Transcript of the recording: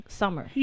summer